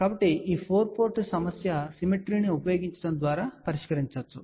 కాబట్టి ఈ 4 పోర్ట్ సమస్య సిమెట్రీ ను ఉపయోగించడం ద్వారా పరిష్కరించబడుతుంది